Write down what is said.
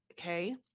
Okay